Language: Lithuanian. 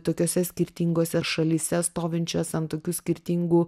tokiose skirtingose šalyse stovinčias ant tokių skirtingų